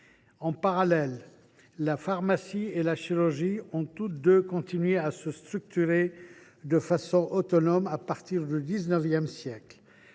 En parallèle, la pharmacie et la chirurgie ont toutes deux continué à se structurer de façon autonome à partir du XIX siècle.